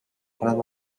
کند